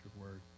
word